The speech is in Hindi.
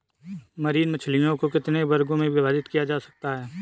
मरीन मछलियों को कितने वर्गों में विभाजित किया जा सकता है?